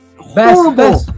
horrible